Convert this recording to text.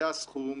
זה הסכום,